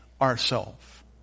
ourself